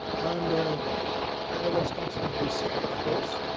and ah i was constantly sick, of course.